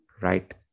right